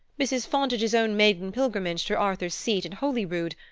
mrs. fontage's own maiden pilgrimage to arthur's seat and holyrood,